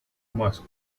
musk